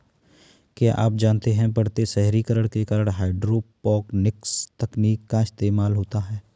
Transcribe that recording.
क्या आप जानते है बढ़ते शहरीकरण के कारण हाइड्रोपोनिक्स तकनीक का इस्तेमाल होता है?